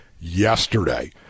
yesterday